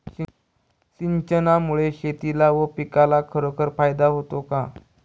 सिंचनामुळे शेतीला व पिकाला खरोखर फायदा होतो का?